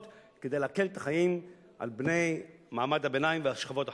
כדי להקל את החיים על בני מעמד הביניים והשכבות החלשות.